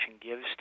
gives